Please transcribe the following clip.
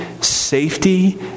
safety